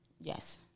yes